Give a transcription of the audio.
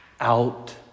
Out